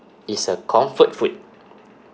is a comfort food